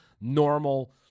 normal